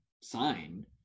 sign